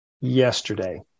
yesterday